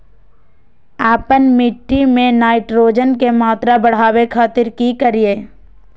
आपन मिट्टी में नाइट्रोजन के मात्रा बढ़ावे खातिर की करिय?